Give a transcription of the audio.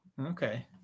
Okay